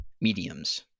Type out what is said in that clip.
mediums